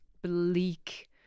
Bleak